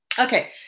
Okay